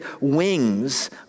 wings